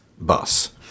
bus